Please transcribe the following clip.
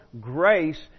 grace